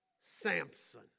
Samson